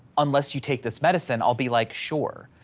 unless you take this medicine, i'll be like, sure.